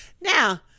Now